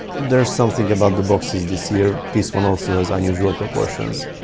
there's something about the boxes this year, this one also has unusual proportions.